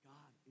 God